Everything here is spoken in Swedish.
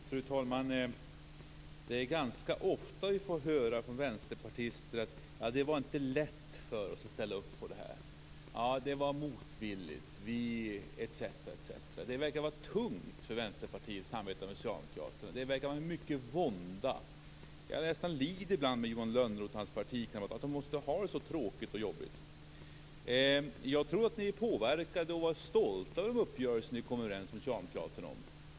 Fru talman! Det är ganska ofta vi får höra från vänsterpartister: Det var inte lätt för oss att ställa upp på det här. Vi gjorde det motvilligt. Det verkar vara tungt för Vänsterpartiet att samarbeta med Socialdemokraterna. Det verkar vara mycket vånda. Ibland nästan lider jag med Johan Lönnroth och hans partikamrater för att de måste ha det så tråkigt och jobbigt. Jag trodde att ni var med och påverkade och var stolta över det ni kommit överens med socialdemokraterna om.